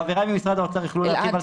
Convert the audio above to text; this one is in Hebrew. חבריי ממשרד האוצר יוכלו להרחיב,